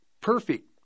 perfect